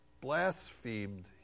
blasphemed